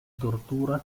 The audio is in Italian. tortura